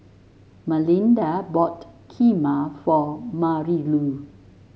Malinda bought Kheema for Marilou